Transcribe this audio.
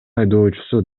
айдоочусу